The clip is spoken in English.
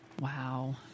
Wow